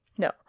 No